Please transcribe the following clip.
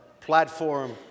platform